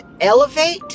elevate